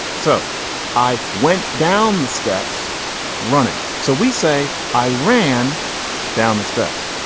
so i went down the steps running. so we say i ran down the steps.